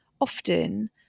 often